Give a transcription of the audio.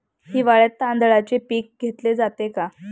हिवाळ्यात तांदळाचे पीक घेतले जाते का?